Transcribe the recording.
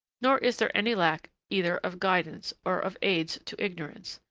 nor is their any lack either of guidance, or of aids to ignorance.